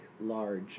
large